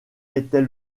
était